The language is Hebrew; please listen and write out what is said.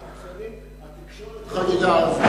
זה קומץ קיצוני, והתקשורת חגגה על זה.